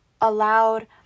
allowed